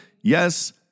yes